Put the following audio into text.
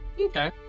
Okay